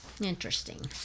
Interesting